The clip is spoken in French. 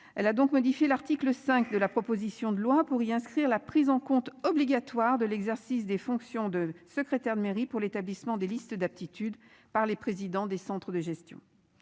Elle a donc modifié l'article 5 de la proposition de loi pour y inscrire la prise en compte obligatoire de l'exercice des fonctions de secrétaire de mairie pour l'établissement des listes d'aptitudes par les présidents des centres de gestion.